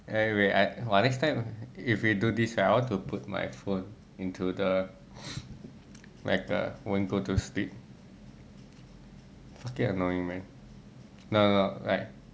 anyway !wah! next time if we do this right I want to put my phone into the like the won't go to sleep fucking annoying man no no no like